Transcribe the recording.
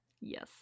Yes